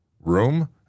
Room